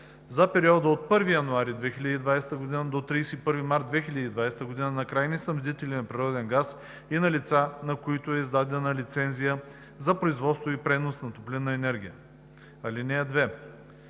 за периода от 1 януари 2020 г. до 31 март 2020 г. – на крайни снабдители на природен газ и на лица, на които е издадена лицензия за производство и пренос на топлинна енергия. (2)